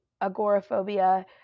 agoraphobia